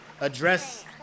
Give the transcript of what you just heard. address